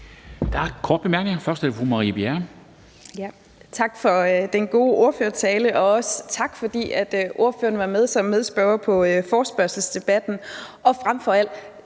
Der er korte bemærkninger. Først fru Marie Bjerre. Kl. 11:24 Marie Bjerre (V): Tak for den gode ordførertale, og også tak, fordi ordføreren var med som medspørger på forespørgselsdebatten. Og frem for alt